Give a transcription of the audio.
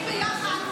איתי ביחד,